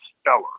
stellar